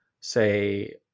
say